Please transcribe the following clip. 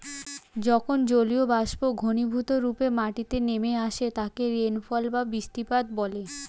যখন জলীয়বাষ্প ঘনীভূতরূপে মাটিতে নেমে আসে তাকে রেনফল বা বৃষ্টিপাত বলে